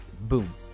boom